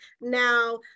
now